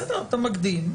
זה בסדר, אתה מקדים.